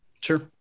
Sure